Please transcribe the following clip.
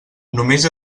només